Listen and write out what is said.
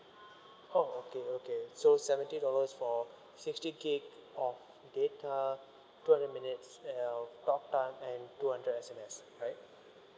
oh okay okay so seventy dollars for sixty gig of data two hundred minutes of talk time and two hundred S_M_S right